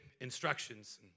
instructions